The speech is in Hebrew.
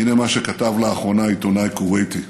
הינה מה שכתב לאחרונה עיתונאי כווייתי: